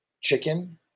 chicken